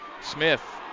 Smith